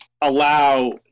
allow